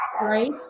right